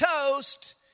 Toast